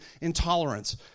intolerance